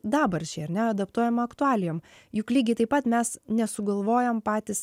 dabarčiai ar ne adaptuojama aktualijom juk lygiai taip pat mes nesugalvojam patys